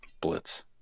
Blitz